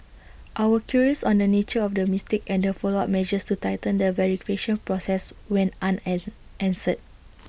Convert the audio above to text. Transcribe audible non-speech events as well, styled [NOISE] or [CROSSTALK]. our queries on the nature of the mistake and the follow up measures to tighten the [UNINTELLIGIBLE] process went an unanswered